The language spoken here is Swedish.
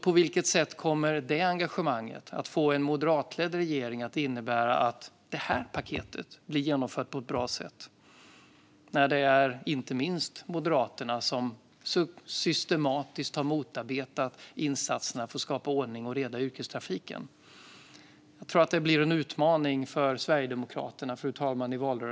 På vilket sätt kommer det engagemanget att innebära att en moderatledd regering genomför paketet på ett bra sätt när det inte minst är Moderaterna som systematiskt har motarbetat insatserna för att skapa ordning och reda i yrkestrafiken? Jag tror att detta blir en utmaning för Sverigedemokraterna i valrörelsen, fru talman.